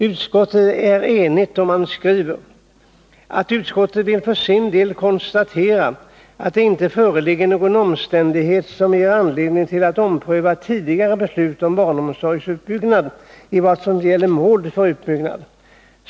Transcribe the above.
Utskottet är enigt då man skriver: ”Utskottet vill för sin del konstatera att det inte föreligger någon omständighet som ger anledning ompröva tidigare beslut om barnomsorgsutbyggnaden i vad avser målet för utbyggnaden.